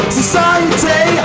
society